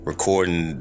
Recording